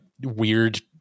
weird